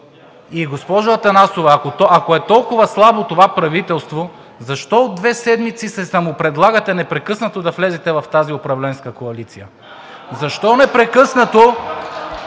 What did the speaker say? И госпожо Атанасова, ако е толкова слабо това правителство, защо от две седмици се самопредлагате непрекъснато да влезете в тази управленска коалиция? (Шум и реплики от